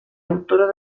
autora